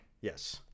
Yes